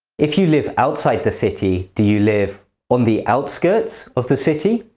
if you live outside the city, do you live on the outskirts of the city,